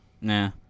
nah